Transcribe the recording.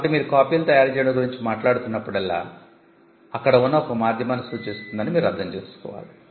కాబట్టి మీరు కాపీలు తయారు చేయడం గురించి మాట్లాడుతున్నప్పుడల్లా అది అక్కడ ఉన్న ఒక మాధ్యమాన్ని సూచిస్తుందని మీరు అర్థం చేసుకోవాలి